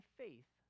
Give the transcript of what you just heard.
faith